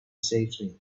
safely